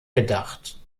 gedacht